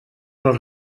els